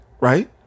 right